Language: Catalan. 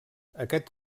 aquest